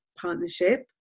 partnership